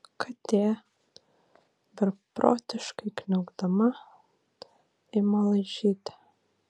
katė beprotiškai kniaukdama ima laižyti